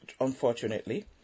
unfortunately